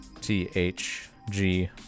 thg